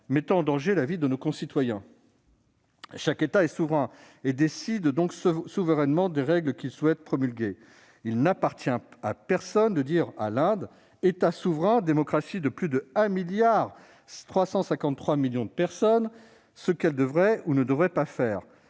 mettant en danger la vie de nos concitoyens. Chaque État est souverain : il décide donc souverainement des règles qu'il souhaite établir. Il n'appartient à personne de dire à l'Inde, État souverain et démocratie de plus de 1,353 milliard de personnes, ce qu'elle devrait ou ne devrait pas faire.